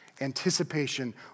anticipation